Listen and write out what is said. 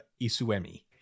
Isuemi